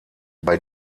bei